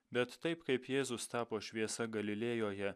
bet taip kaip jėzus tapo šviesa galilėjoje